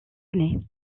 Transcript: année